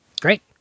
Great